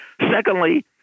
Secondly